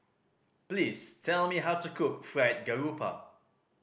please tell me how to cook Fried Garoupa